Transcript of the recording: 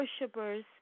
worshippers